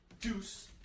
deuce